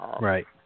Right